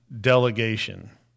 delegation